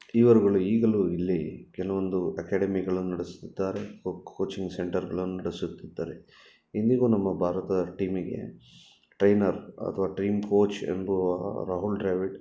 ಇವರುಗಳು ಈಗಲೂ ಇಲ್ಲಿ ಕೆಲವೊಂದು ಅಕ್ಯಾಡೆಮಿಗಳನ್ನು ನಡೆಸುತ್ತಾರೆ ಕೋಚಿಂಗ್ ಸೆಂಟರ್ಗಳನ್ನು ನಡೆಸುತ್ತಿದ್ದರೆ ಇಂದಿಗೂ ನಮ್ಮ ಭಾರತದ ಟೀಮಿಗೆ ಟ್ರೈನರ್ ಅಥ್ವಾ ಟ್ರೈನ್ ಕೋಚ್ ಎಂಬುವ ರಾಹುಲ್ ಡ್ರಾವಿಡ್